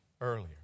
earlier